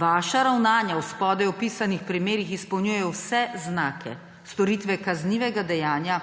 Vaša ravnanja v spodaj opisanih primerih izpolnjujejo vse znake storitve kaznivega dejanja